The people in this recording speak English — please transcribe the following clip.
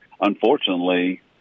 unfortunately